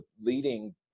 leading